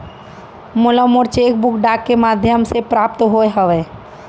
मोला मोर cheque book डाक के मध्याम ले प्राप्त होय हवे